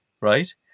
right